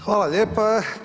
Hvala lijepo.